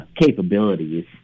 capabilities